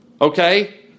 okay